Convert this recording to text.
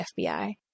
FBI